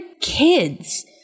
kids